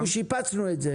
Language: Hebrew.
אנחנו שיפצנו את זה.